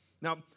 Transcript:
Now